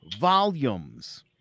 volumes